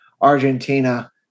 argentina